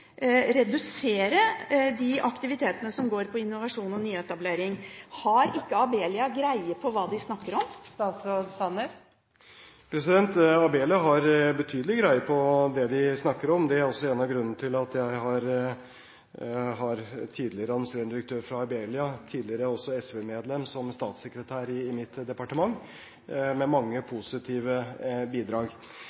redusere de aktivitetene som går på innovasjon og nyetablering. Har ikke Abelia greie på hva de snakker om? Abelia har betydelig greie på det de snakker om. Det er også en av grunnene til at jeg har tidligere administrerende direktør i Abelia, tidligere også SV-medlem, som statssekretær i mitt departement, med mange